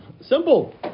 Simple